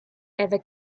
ever